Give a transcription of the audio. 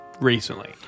recently